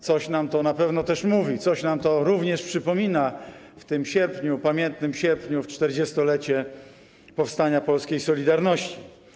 Coś nam to na pewno też mówi, coś nam to również przypomina w tym pamiętnym sierpniu, w 40-lecie powstania polskiej „Solidarności”